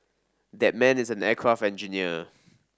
that man is an aircraft engineer